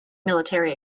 military